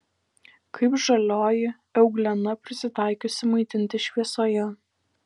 kaip žalioji euglena prisitaikiusi maitintis šviesoje